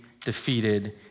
defeated